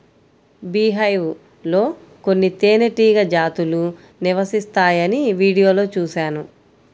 beehive లో కొన్ని తేనెటీగ జాతులు నివసిస్తాయని వీడియోలో చూశాను